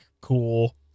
cool